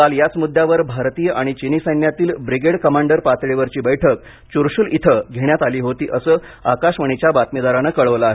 काल याच मुद्यावर भारतीय आणि चिनी सैन्यातील ब्रिगेड कमांडर पातळीवरची बैठक चुरशुल इथं घेण्यात आली होती असं आकाशवाणीच्या बातमीदारानं कळवलं आहे